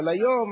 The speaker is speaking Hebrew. אבל היום,